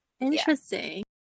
interesting